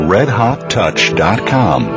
RedHotTouch.com